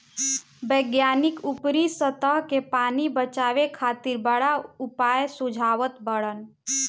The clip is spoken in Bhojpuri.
वैज्ञानिक ऊपरी सतह के पानी बचावे खातिर बड़ा उपाय सुझावत बाड़न